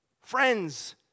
Friends